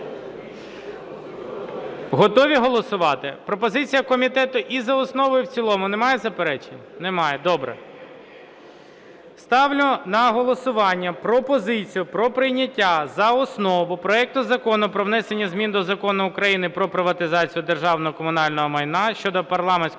Готові голосувати? Пропозиція комітету: і за основу, і в цілому. Немає заперечень? Немає, добре. Ставлю на голосування пропозицію про прийняття за основу проекту Закону про внесення змін до Закону України "Про приватизацію державного і комунального майна" (щодо парламентського